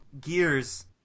Gears